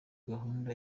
gahunda